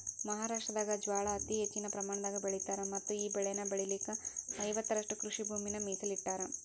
ಮಹಾರಾಷ್ಟ್ರದಾಗ ಜ್ವಾಳಾ ಅತಿ ಹೆಚ್ಚಿನ ಪ್ರಮಾಣದಾಗ ಬೆಳಿತಾರ ಮತ್ತಈ ಬೆಳೆನ ಬೆಳಿಲಿಕ ಐವತ್ತುರಷ್ಟು ಕೃಷಿಭೂಮಿನ ಮೇಸಲಿಟ್ಟರಾ